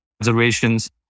observations